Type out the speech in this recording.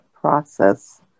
process